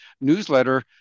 newsletter